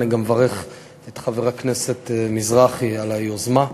אני גם מברך את חבר הכנסת מזרחי על היוזמה,